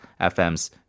FM's